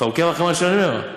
אתה עוקב אחרי מה שאני אומר?